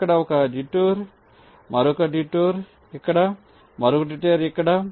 ఇక్కడ ఒక డిటూర్ మరొక డిటూర్ ఇక్కడ మరొకడిటూర్ ఇక్కడ